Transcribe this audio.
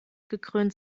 gekrönt